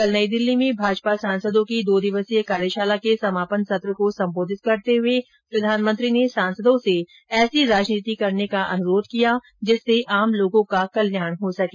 कल नई दिल्ली में भाजपा सांसदों की दो दिवसीय कार्यशाला के समापन सत्र को संबोधित करते हुए प्रधानमंत्री ने सांसदों से ऐसी राजनीति करने का अनुरोध किया जिससे आम लोगों का कल्याण हो सके